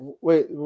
wait